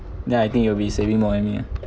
then I think you'll be saving more than me ah